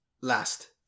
last